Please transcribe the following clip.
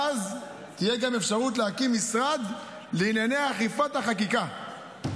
ואז תהיה גם אפשרות להקים משרד לענייני אכיפת החקיקה.